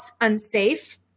unsafe